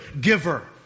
giver